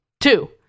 Two